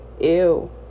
Ew